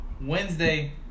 Wednesday